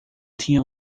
tinha